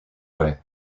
way